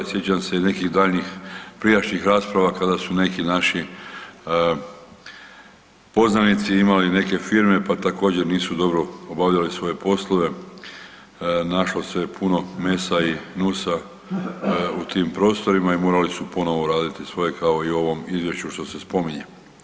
Sjećam se i nekih daljnjih prijašnjih rasprava kada su neki naši poznanici imali neke firme pa također nisu dobro obavljali svoje poslove, našlo se je puno mesa i …/nerazumljivo/… u tim prostorima i morali su ponovo raditi svoje kao i u ovom izvješću što se spominje.